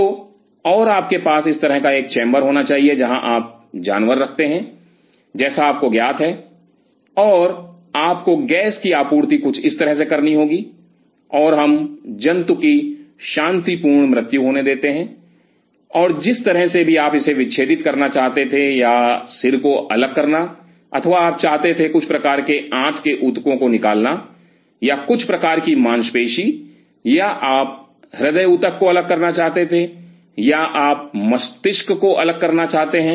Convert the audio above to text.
तो और आपके पास इस तरह का एक चैम्बर होना चाहिए जहाँ आप जानवर रखते हैं जैसा आपको ज्ञात है और आपको गैस की आपूर्ति कुछ इस तरह से करनी होगी और हम जंतु की शांतिपूर्ण मृत्यु होने देते हैं और फिर जिस तरह से भी आप इसे विच्छेदित करना चाहते थे या सिर को अलग करना अथवा आप चाहते थे कुछ प्रकार के आँत के ऊतकों को निकालना या कुछ प्रकार की मांसपेशी या आप हृदय ऊतक को अलग करना चाहते थे या आप मस्तिष्क को अलग करना चाहते हैं